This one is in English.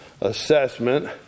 assessment